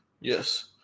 Yes